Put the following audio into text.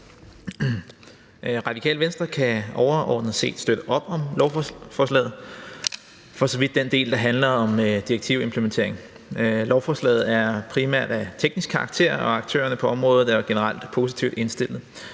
Radikale Venstre kan overordnet set støtte op om lovforslaget for så vidt den del, der handler om direktivimplementering. Lovforslaget er primært af teknisk karakter, og aktørerne på området er generelt positivt indstillede.